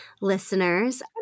listeners